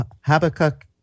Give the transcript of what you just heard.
Habakkuk